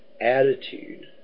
Attitude